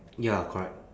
ya correct